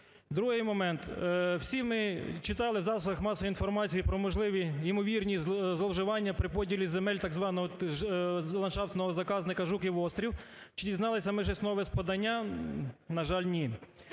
Другий момент. Всі ми читали в засобах масової інформації про можливіймовірні зловживання при поділі земель так званого ландшафтного заказника Жуків острів. Чи дізналися ми щось нове з подання? На жаль, ні.